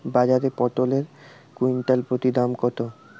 বাজারে পটল এর কুইন্টাল প্রতি দাম কত?